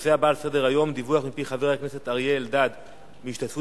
הנושא הבא על סדר-היום: דיווח מפי חבר הכנסת אריה אלדד על השתתפות